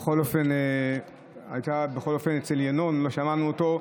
בכל אופן, אצל ינון לא שמענו אותו.